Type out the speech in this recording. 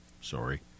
sorry